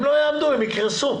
הם לא יעמדו בזה, הם יקרסו,